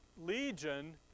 Legion